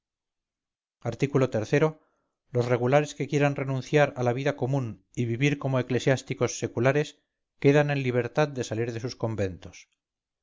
art o los regulares que quieran renunciar a la vida común y vivir como eclesiásticos seculares quedan en libertad de salir de sus conventos